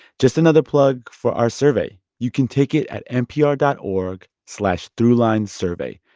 just another plug for our survey you can take it at npr dot org slash throughlinesurvey.